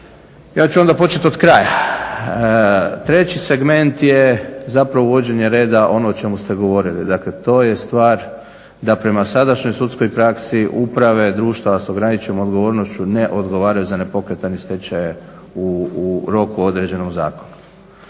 Ja ću onda početi od kraja. Treći segment je zapravo uvođenje reda, ono o čemu ste govorili. Dakle, to je stvar da prema sadašnjoj sudskoj praksi uprave društva s ograničenom odgovornošću ne odgovaraju za nepokretanje stečaja u roku određenom zakonom.